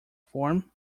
form